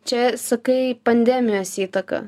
čia sakai pandemijos įtaka